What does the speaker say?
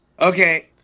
Okay